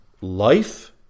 life